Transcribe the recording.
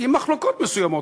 עם מחלוקות מסוימות,